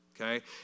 okay